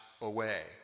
away